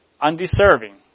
undeserving